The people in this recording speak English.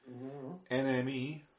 NME